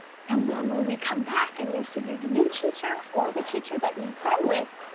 and then when we come back and you see your new teacher or the teacher that you've been with,